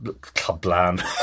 Clubland